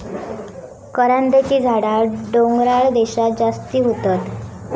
करांद्याची झाडा डोंगराळ देशांत जास्ती होतत